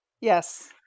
Yes